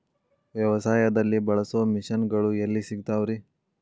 ವ್ಯವಸಾಯದಲ್ಲಿ ಬಳಸೋ ಮಿಷನ್ ಗಳು ಎಲ್ಲಿ ಸಿಗ್ತಾವ್ ರೇ?